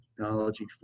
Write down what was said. technology